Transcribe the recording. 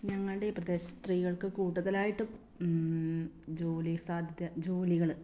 ഞങ്ങളുടെ പ്രദേശത്ത് സ്ത്രീകൾക്ക് കൂടുതലായിട്ടും ജോലി സാധ്യത ജോലികൾ